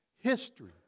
history